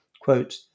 quote